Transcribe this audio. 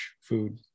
food